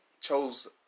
chose